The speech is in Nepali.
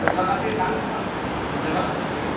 अन्त जग्गा पनि दामी छ घुम्ने जग्गा हिस्टोरिक